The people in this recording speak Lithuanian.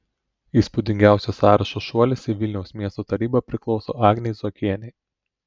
įspūdingiausias sąrašo šuolis į vilniaus miesto tarybą priklauso agnei zuokienei